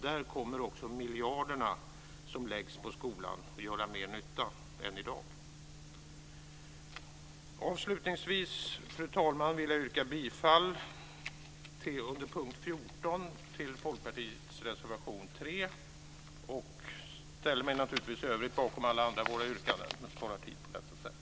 Där kommer också miljarderna som läggs på skolan att göra mer nytta än i dag. Fru talman! Avslutningsvis vill jag yrka bifall till Folkpartiets reservation 3 under punkt 14. Jag ställer mig naturligtvis bakom alla våra övriga yrkanden men sparar tid på detta sätt.